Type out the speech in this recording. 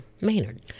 Maynard